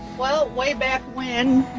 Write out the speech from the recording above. well, way back when,